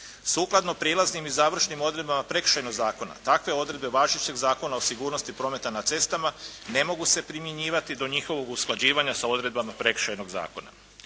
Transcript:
Sukladno prijelaznim i završnim odredbama Prekršajnog zakona takve odredbe važećeg Zakona o sigurnosti prometa na cestama ne mogu se primjenjivati do njihovog usklađivanja sa odredbama Prekršajnog zakona.